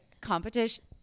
competition